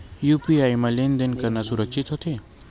का यू.पी.आई म लेन देन करना सुरक्षित होथे?